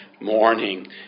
morning